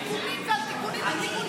את התיקונים על תיקונים על תיקונים,